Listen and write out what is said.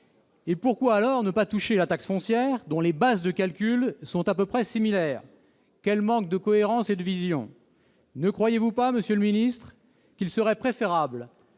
Pourquoi, alors, ne pas toucher à la taxe foncière, dont les bases de calcul sont à peu près similaires ? Quel manque de cohérence et de vision ! Ne croyez-vous pas, monsieur le ministre, qu'il serait préférable,